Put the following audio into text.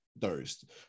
thirst